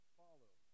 follow